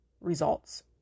results